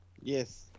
yes